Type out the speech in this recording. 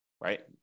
right